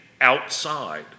outside